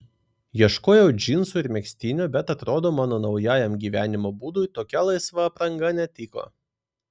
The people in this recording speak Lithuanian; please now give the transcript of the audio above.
ieškojau džinsų ir megztinio bet atrodo mano naujajam gyvenimo būdui tokia laisva apranga netiko